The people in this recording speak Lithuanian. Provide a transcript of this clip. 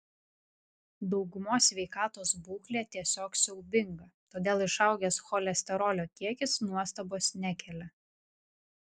daugumos sveikatos būklė tiesiog siaubinga todėl išaugęs cholesterolio kiekis nuostabos nekelia